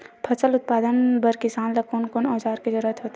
फसल उत्पादन बर किसान ला कोन कोन औजार के जरूरत होथे?